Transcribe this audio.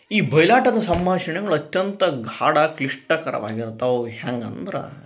ಈ ಬೈಲಾಟದ ಸಂಭಾಷಣೆಗಳು ಅತ್ಯಂತ ಗಾಢ ಕ್ಲಿಷ್ಟಕರವಾಗಿರ್ತವು ಹ್ಯಂಗೆ ಅಂದ್ರ